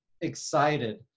excited